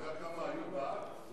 אתה יודע כמה היו בעד?